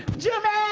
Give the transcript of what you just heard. jimmy.